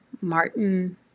Martin